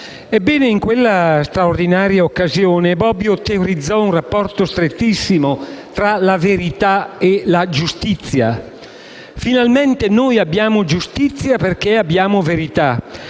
Ebbene, in quella straordinaria occasione il filosofo teorizzò un rapporto strettissimo tra la verità e la giustizia: finalmente abbiamo giustizia perché abbiamo verità